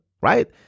Right